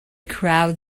crowd